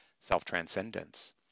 self-transcendence